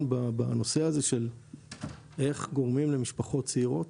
בנושא הזה של איך גורמים למשפחות צעירות,